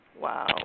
Wow